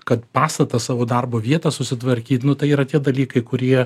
kad pastatą savo darbo vietą susitvarkyt nu tai yra tie dalykai kurie